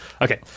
Okay